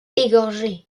égorgé